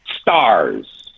Stars